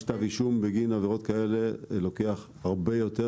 כתב אישום בגין עבירות כאלה לוקח הרבה יותר מ-90 ימים.